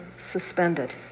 suspended